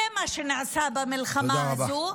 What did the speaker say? זה מה שנעשה במלחמה הזו.